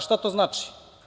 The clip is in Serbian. Šta to znači?